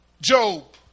Job